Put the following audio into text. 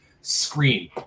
scream